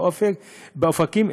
באופקים,